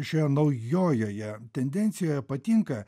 šioje naujojoje tendencijoje patinka